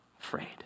afraid